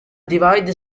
divide